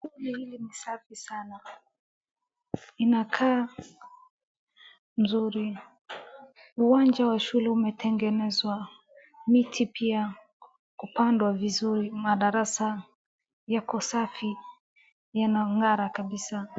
Hili ni safi sana. Inakaa mzuri. Uwanja wa shule umetengenezwa, miti pia kupandwa vizuri, madarasa yako safi, yanang'ara kabisa.